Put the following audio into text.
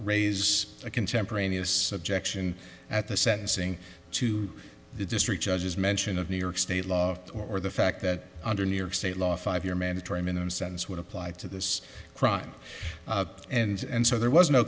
raise a contemporaneous objection at the sentencing to the district judges mention of new york state law or the fact that under new york state law five year mandatory minimum sentence would apply to this crime and so there was no